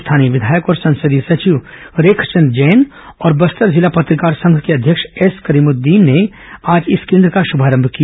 स्थानीय विघायक और संसदीय सचिव रेखचन्द जैन और बस्तर जिला पत्रकार संघ के अध्यक्ष एस करीमृद्दीन ने आज इस केंद्र का शुभारंभ किया